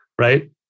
Right